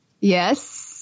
Yes